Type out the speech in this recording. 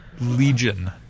Legion